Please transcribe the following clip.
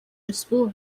أسبوع